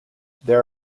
there